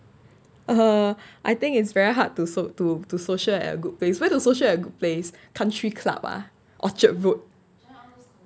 uh I think it's very hard to so~ to to social at a good based where is a good place country club ah orchard road